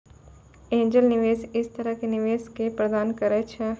angel निवेशक इस तरह के निवेशक क प्रदान करैय छै